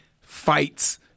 fights